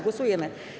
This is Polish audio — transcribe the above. Głosujemy.